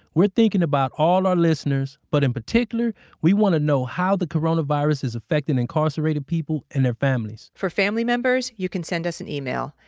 we're thinking about all our listeners, but in particular we want to know how the corona virus is affecting incarcerated people and their families for family members, you can send us an email.